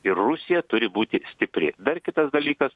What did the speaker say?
ir rusija turi būti stipri dar kitas dalykas